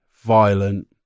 violent